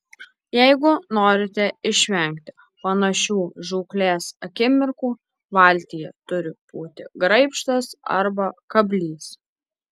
jeigu norite išvengti panašių žūklės akimirkų valtyje turi būti graibštas arba kablys